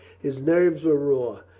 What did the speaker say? his nerves were raw.